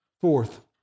Fourth